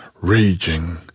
raging